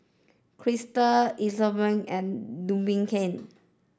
Crystal Isobel and Duncan